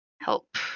help